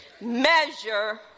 measure